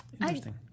Interesting